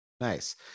nice